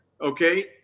Okay